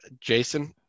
Jason